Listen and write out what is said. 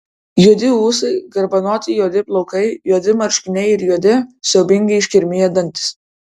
juodi ūsai garbanoti juodi plaukai juodi marškiniai ir juodi siaubingai iškirmiję dantys